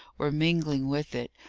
were mingling with it,